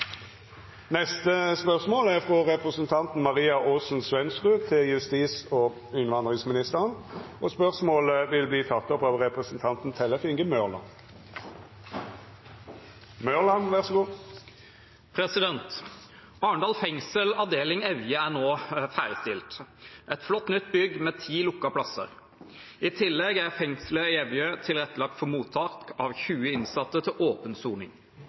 fra representanten Maria Aasen-Svensrud til justis- og innvandringsministeren, vil bli tatt opp av representanten Tellef Inge Mørland. «Arendal fengsel, avdeling Evje, er nå ferdigstilt. Et flott nytt bygg med ti lukkede plasser, i tillegg er Evje tilrettelagt for mottak av 20 innsatte til åpen soning.